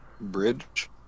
bridge